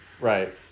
Right